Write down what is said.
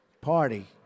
party